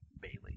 Bailey